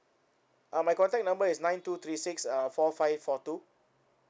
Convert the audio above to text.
uh my contact number is nine two three six uh four five four two